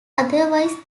otherwise